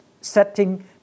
setting